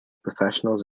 professionals